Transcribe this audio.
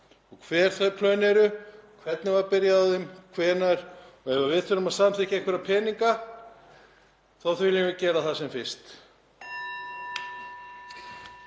E, hver þau plön eru, hvernig var byrjað á þeim og hvenær, og ef við þurfum að samþykkja einhverja peninga þá viljum við gera það sem fyrst.